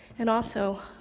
and also,